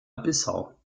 bissau